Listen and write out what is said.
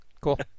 Cool